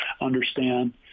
understand